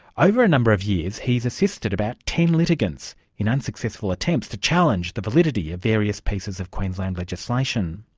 over a number of years he's assisted about ten litigants in unsuccessful attempts to challenge the validity of various pieces of queensland legislation.